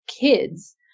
kids